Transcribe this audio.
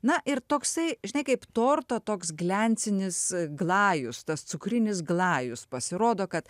na ir toksai žinai kaip torto toks gliansinis glajus tas cukrinis glajus pasirodo kad